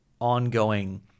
ongoing